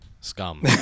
Scum